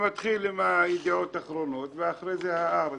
ומתחיל עם ידיעות אחרונות ואחרי זה הארץ,